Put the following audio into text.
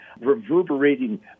reverberating